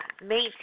maintain